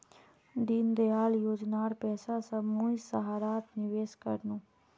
दीनदयाल योजनार पैसा स मुई सहारात निवेश कर नु